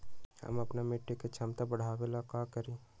हम अपना मिट्टी के झमता बढ़ाबे ला का करी?